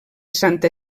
santa